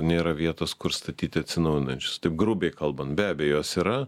nėra vietos kur statyti atsinaujinančius taip grubiai kalbant be abejo jos yra